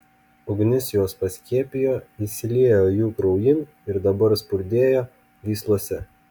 ugnis juos paskiepijo įsiliejo jų kraujin ir dabar spurdėjo gyslose